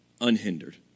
unhindered